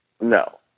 No